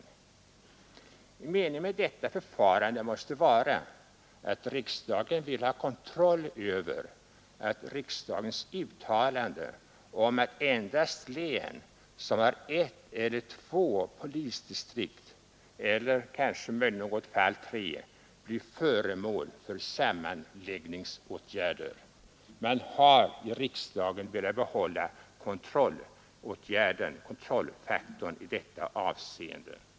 Meningen med detta förfarande måste vara att riksdagen vill ha kontroll över att riksdagens uttalanden om att endast län som har ett eller två polisdistrikt — eller i något fall möjligen tre — blir föremål för sammanläggningsåtgärder. Man har i riksdagen velat behålla kontrollfaktorn i dessa avseenden.